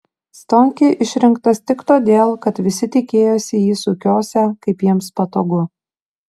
stonkė išrinktas tik todėl kad visi tikėjosi jį sukiosią kaip jiems patogu